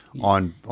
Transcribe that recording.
on